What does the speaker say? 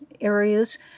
areas